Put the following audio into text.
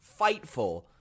Fightful